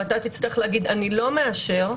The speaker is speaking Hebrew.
ואתה תצטרך להגיד שאתה לא מאשר,